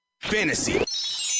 Fantasy